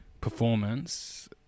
performance